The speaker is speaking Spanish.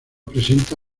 presenta